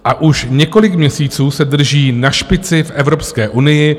A už několik měsíců se drží na špici v Evropské unii.